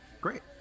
great